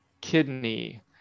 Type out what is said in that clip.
kidney